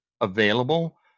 available